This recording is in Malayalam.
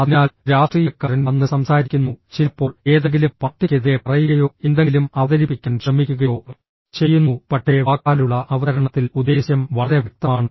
അതിനാൽ രാഷ്ട്രീയക്കാരൻ വന്ന് സംസാരിക്കുന്നു ചിലപ്പോൾ ഏതെങ്കിലും പാർട്ടിക്കെതിരെ പറയുകയോ എന്തെങ്കിലും അവതരിപ്പിക്കാൻ ശ്രമിക്കുകയോ ചെയ്യുന്നു പക്ഷേ വാക്കാലുള്ള അവതരണത്തിൽ ഉദ്ദേശ്യം വളരെ വ്യക്തമാണ്